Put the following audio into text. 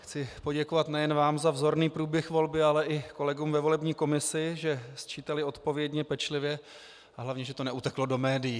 Chci poděkovat nejen vám za vzorný průběh volby, ale i kolegům ve volební komisi, že sčítali odpovědně, pečlivě a hlavně, že to neuteklo do médií.